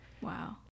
Wow